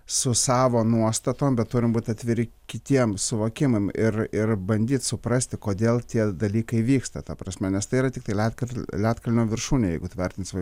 su savo nuostatom bet turim būt atviri kitiem suvokimam ir ir bandyti suprasti kodėl tie dalykai vyksta ta prasme nes tai yra tiktai ledkal ledkalnio viršūnė jeigu tai vertinsime